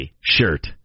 shirt